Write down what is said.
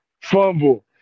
Fumble